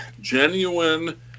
genuine